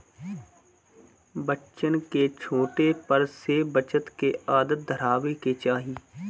बच्चन के छोटे पर से बचत के आदत धरावे के चाही